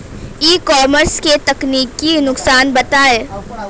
ई commerce के तकनीकी नुकसान बताएं?